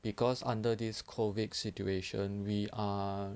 because under this COVID situation we are